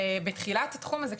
בתחילת התחום הזה,